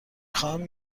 خواهم